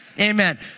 Amen